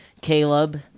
Caleb